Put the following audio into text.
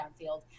downfield